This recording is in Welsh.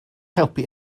helpu